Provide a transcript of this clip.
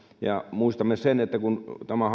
muistamme sen että kun tämä